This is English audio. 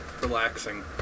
Relaxing